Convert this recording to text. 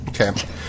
Okay